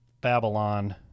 Babylon